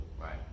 Right